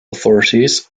authorities